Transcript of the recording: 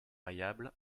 variables